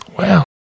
Wow